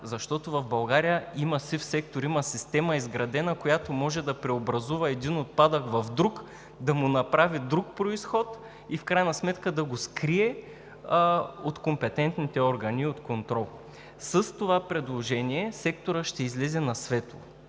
защото в България има сив сектор, има изградена система, която може да преобразува един отпадък в друг, да му направи друг произход и в крайна сметка да го скрие от компетентните органи – от контрол. С това предложение секторът ще излезе на светло